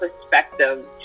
perspective